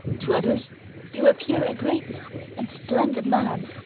to others you appear a great and splendid man.